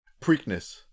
Preakness